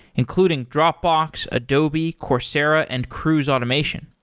including dropbox, adobe, coursera and cruise automation.